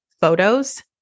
photos